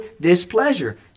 displeasure